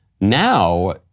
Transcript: Now